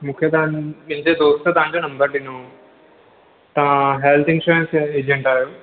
मूंखे तव्हां मुंहिंजे दोस्तु तव्हांजो नम्बर ॾिनो हुओ तव्हां हेल्थ इंश्योरंस एजंट आहियो